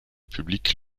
public